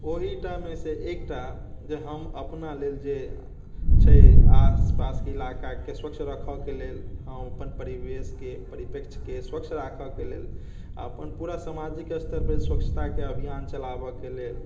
ओहिटामे से एकटा जे हम अपना लेल जे छै आस पासके इलाकाके स्वच्छ रखऽके लेल हम अपन परिवेशके परिप्रेक्ष्यके स्वच्छ राखऽके लेल अपन पूरा सामाजिक स्तर पर स्वच्छताके अभियान चलावऽके लेल